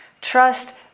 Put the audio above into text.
Trust